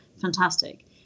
fantastic